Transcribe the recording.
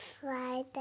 Friday